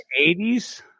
80s